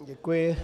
Děkuji.